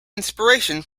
inspiration